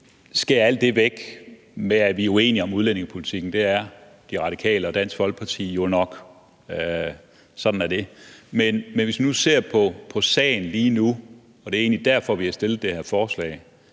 skærer alt det, vi er uenige om i udlændingepolitikken – det er De Radikale og Dansk Folkeparti jo nok, og sådan er det – væk og ser på sagen lige nu, og det er egentlig derfor, vi har stillet det her forslag,